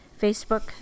Facebook